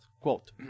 Quote